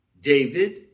David